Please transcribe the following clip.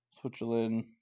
Switzerland